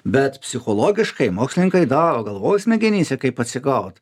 bet psichologiškai mokslininkai daro galvoj smegenyse kaip atsigaut